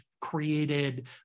created